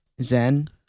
zen